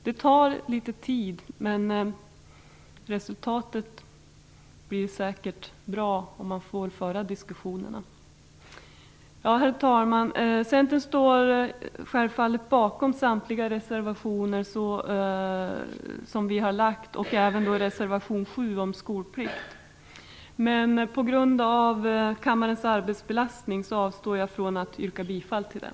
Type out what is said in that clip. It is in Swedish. Det tar litet tid, men resultatet blir säkert bra om man får föra diskussionerna. Herr talman! Vi i Centern står självfallet bakom samtliga våra reservationer, även reservation 7 om skolplikten. Men på grund av kammarens arbetsbelastning avstår jag från att yrka bifall till dem.